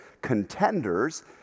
contenders